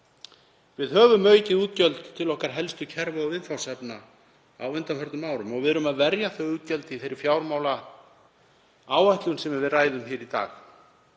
Við höfum aukið útgjöld til okkar helstu kerfa og viðfangsefna á undanförnum árum og við erum að verja þau útgjöld í fjármálaáætluninni sem við ræðum í dag.